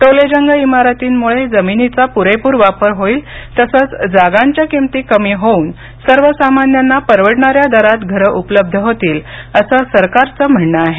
टोलेजंग इमारतींमुळे जमिनीचा पुरेपूर वापर होईल तसंच जागांच्या किंमती कमी होऊन सर्वसामान्यांना परवडणाऱ्या दरात घरं उपलब्ध होतील असं सरकारचं म्हणणं आहे